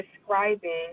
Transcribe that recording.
describing